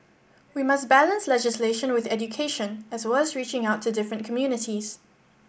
we must balance legislation with education as well as reaching out to different communities